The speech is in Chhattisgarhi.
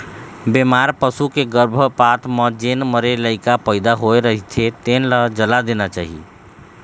बेमार पसू के गरभपात म जेन मरे लइका पइदा होए रहिथे तेन ल जला देना चाही